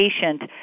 patient